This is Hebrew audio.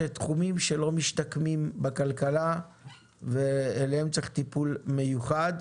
יש תחומים שלא משתקמים בכלכלה ולהם צריך טיפול מיוחד.